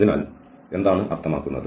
അതിനാൽ എന്താണ് അർത്ഥമാക്കുന്നത്